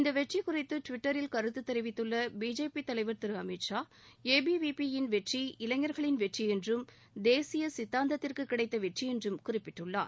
இந்த வெற்றி குறித்து டுவிட்டரில் கருத்து தெரிவித்துள்ள பிஜேபி தலைவர் திரு அமித் ஷா ஏபிவிபி யின் வெற்றி இளைஞர்களின் வெற்றி என்றும் தேசிய சித்தாந்தத்திற்கு கிடைத்த வெற்றி என்றும் குறிப்பிட்டுள்ளார்